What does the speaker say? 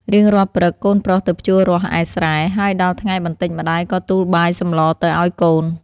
រៀងរាល់ព្រឹក កូនប្រុសទៅភ្ជួររាស់ឯស្រែ ហើយដល់ថ្ងៃបន្តិចម្ដាយក៏ទូលបាយសម្លទៅឲ្យកូន។